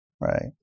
right